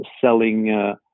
selling